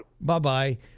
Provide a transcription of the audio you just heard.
Bye-bye